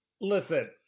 listen